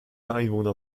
einwohner